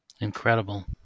Incredible